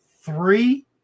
three